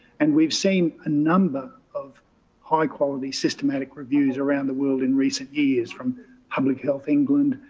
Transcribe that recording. and we've seen a number of high quality systematic reviews around the world in recent years from public health england,